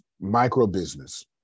micro-business